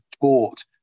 taught